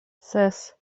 ses